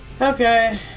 Okay